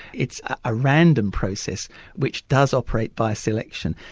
it's a random process which does operate by selection.